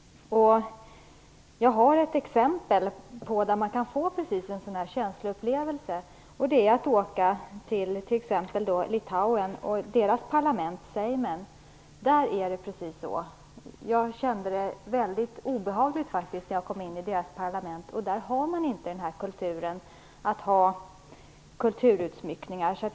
Jag har ett exempel på en sådan känsloupplevelse. I Litauens parlament kändes det väldigt obehagligt. Där har man inte den kulturen att man har konstnärlig utsmyckning i offentliga lokaler.